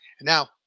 Now